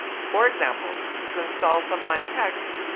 for example, to install sublime text,